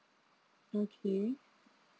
okay